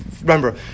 remember